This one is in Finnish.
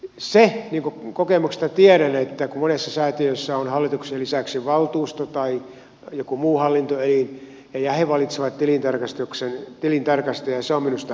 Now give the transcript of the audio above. se niin kuin kokemuksesta tiedän että monessa säätiössä on hallituksen lisäksi valtuusto tai joku muu hallintoelin ja he valitsevat tilintarkastajan on minusta hyvä